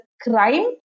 crime